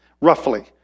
roughly